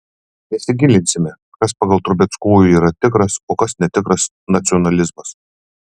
nesigilinsime kas pagal trubeckojų yra tikras o kas netikras nacionalizmas